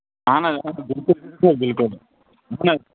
اَہن حظ بِلکُل بِلکُل بِلکُل اہن حظ